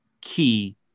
key